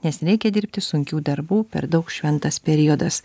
nes nereikia dirbti sunkių darbų per daug šventas periodas